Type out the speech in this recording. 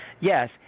Yes